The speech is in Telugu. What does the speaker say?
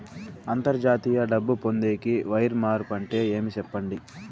అంతర్జాతీయ డబ్బు పొందేకి, వైర్ మార్పు అంటే ఏమి? సెప్పండి?